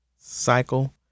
cycle